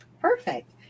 Perfect